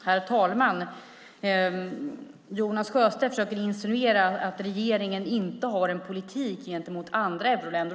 Herr talman! Jonas Sjöstedt försöker insinuera att regeringen inte har en politik gentemot andra EU-länder.